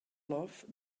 love